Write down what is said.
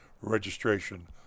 registration